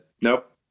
nope